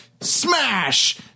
Smash